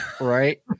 Right